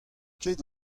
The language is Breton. kit